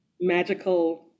magical